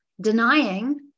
denying